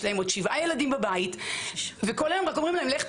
יש להם עוד שבעה ילדים בבית וכל היום רק אומרים להם לכו,